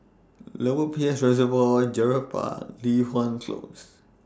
Lower Peirce Reservoir Gerald Park Li Hwan Close